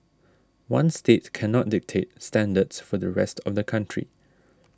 one state cannot dictate standards for the rest of the country